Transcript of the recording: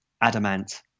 Adamant